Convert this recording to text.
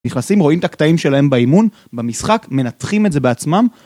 נכנסים, רואים את הקטעים שלהם באימון, במשחק, מנתחים את זה בעצמם.